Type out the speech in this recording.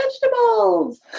vegetables